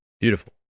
Beautiful